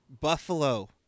Buffalo